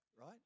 right